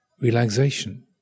relaxation